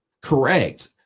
Correct